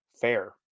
fair